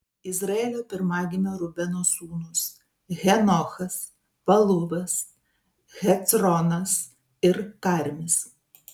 izraelio pirmagimio rubeno sūnūs henochas paluvas hecronas ir karmis